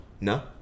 No